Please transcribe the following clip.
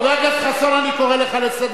חבר הכנסת חסון, אתה לא תפריע.